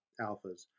alphas